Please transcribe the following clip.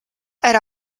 era